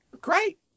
great